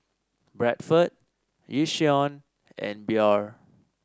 Bradford Yishion and Biore